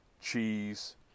cheese